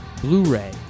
Blu-ray